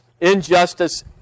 Injustice